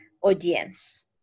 audience